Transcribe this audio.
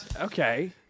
Okay